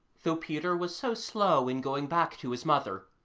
though peter was so slow in going back to his mother,